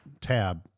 tab